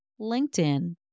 LinkedIn